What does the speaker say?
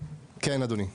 כן, אדוני.